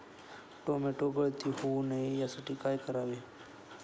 Tomato गळती होऊ नये यासाठी काय करावे?